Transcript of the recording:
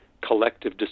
collective